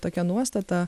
tokia nuostata